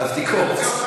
אז תקרוץ.